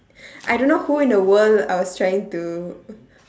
I don't know who in the world I was trying to